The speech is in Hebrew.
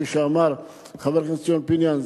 כפי שאמר חבר הכנסת ציון פיניאן,